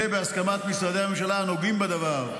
בהסכמת משרדי הממשלה הנוגעים בדבר,